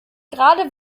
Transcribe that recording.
gerade